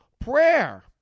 prayer